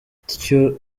gutyo